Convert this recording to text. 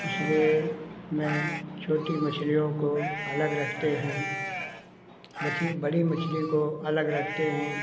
इसलिए मैं छोटी मछलियों को अलग रखते हैं बची बड़ी मछली को अलग रखते हैं